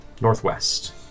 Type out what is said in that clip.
northwest